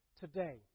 today